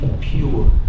pure